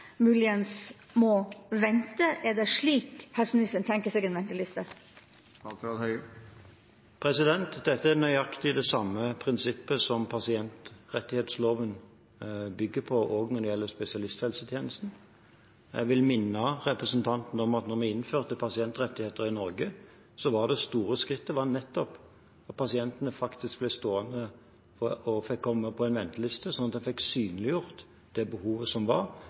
muligens må vente? Er det slik helseministeren tenker seg en venteliste? Dette er nøyaktig det samme prinsippet som pasientrettighetsloven bygger på, også når det gjelder spesialisthelsetjenesten. Jeg vil minne representanten om at da vi innførte pasientrettigheter i Norge, var det store skrittet nettopp at pasientene faktisk fikk komme på en venteliste, sånn at man fikk synliggjort det behovet som var,